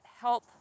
help